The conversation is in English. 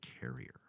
carrier